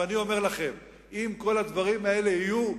ואני אומר לכם: אם כל הדברים האלה יהיו,